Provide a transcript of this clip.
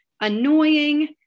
annoying